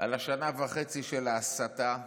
על השנה וחצי של ההסתה,